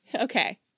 Okay